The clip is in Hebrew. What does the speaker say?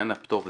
לעניין הפטור,